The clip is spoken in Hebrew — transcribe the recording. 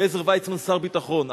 ועזר ויצמן שר ביטחון.